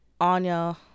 Anya